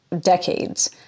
decades